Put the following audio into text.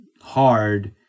hard